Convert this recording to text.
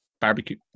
barbecue